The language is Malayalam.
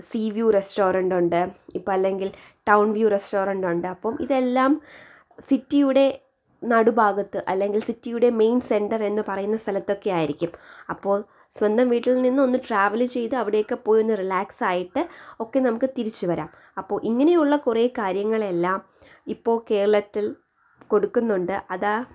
സീ വ്യൂ റെസ്റ്റോറൻ്റുണ്ട് ഇപ്പല്ലെങ്കിൽ ടൗൺ വ്യൂ റെസ്റ്റോറൻ്റുണ്ട് അപ്പം ഇതെല്ലം സിറ്റിയുടെ നടു ഭാഗത്ത് അല്ലെങ്കിൽ സിറ്റിയുടെ മെയിൻ സെൻ്ററെന്നു പറയുന്ന സ്ഥലത്തൊക്കെ ആയിരിക്കും അപ്പോൾ സ്വന്തം വീട്ടിൽ നിന്ന് ഒന്ന് ട്രാവൽ ചെയ്ത് അവിടേക്ക് പോയൊന്ന് റിലേക്സായിട്ട് ഒക്കെ നമുക്ക് തിരിച്ച് വരാം അപ്പോൾ ഇങ്ങനെയുള്ള കുറേ കാര്യങ്ങളെല്ലാം ഇപ്പോൾ കേരളത്തിൽ കൊടുക്കുന്നുണ്ട് അത്